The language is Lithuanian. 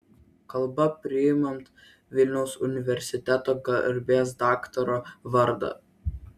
kalba priimant vilniaus universiteto garbės daktaro vardą